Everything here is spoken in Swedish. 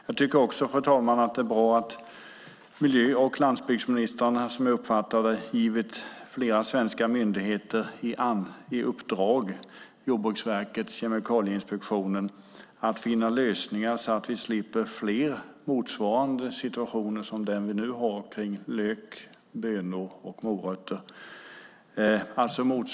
Jag tycker också, fru talman, att det är bra att miljö och landsbygdsministrarna, som jag uppfattar det, har givit svenska myndigheter som Jordbruksverket och Kemikalieinspektionen i uppdrag att finna lösningar så att vi i framtiden slipper fler situationer motsvarande den lätt akuta som vi nu har för lök, bönor och morötter.